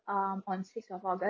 um on sixth of august